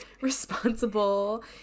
responsible